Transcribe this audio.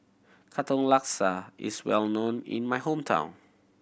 Katong Laksa is well known in my hometown